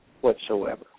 whatsoever